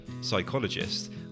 psychologist